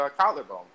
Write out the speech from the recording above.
collarbone